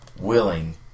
willing